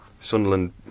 Sunderland